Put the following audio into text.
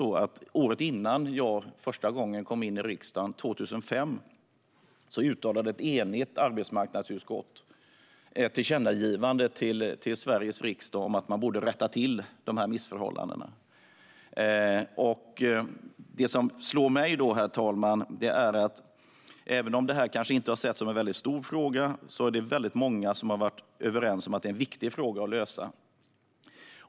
Året innan jag kom in i riksdagen - 2005 - gjorde ett enigt arbetsmarknadsutskott ett tillkännagivande till regeringen om att man borde rätta till dessa missförhållanden. Herr talman! Det som slår mig är att även om detta kanske inte har ansetts vara någon stor fråga är det väldigt många som har varit överens om att det är en viktig fråga att lösa.